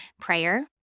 prayer